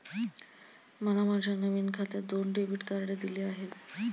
मला माझ्या नवीन खात्यात दोन डेबिट कार्डे दिली आहेत